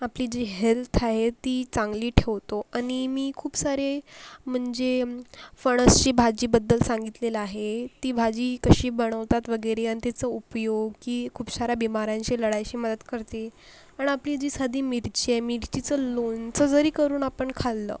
आपली जी हेल्थ आहे ती चांगली ठेवतो आणि मी खूप सारे म्हणजे फणसाची भाजीबद्दल सांगितलेलं आहे ती भाजी कशी बनवतात वगैरे आणि त्याचं उपयोग की खूप सार्या बीमार्यांशी लढाईशी मदत करते आणि आपली जी साधी मिरची आहे मिरचीचं लोणचं जरी करून आपण खाल्लं